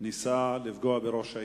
ניסה לפגוע בראש העיר.